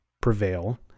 prevail